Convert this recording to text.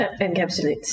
encapsulates